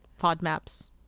FODMAPs